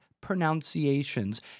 pronunciations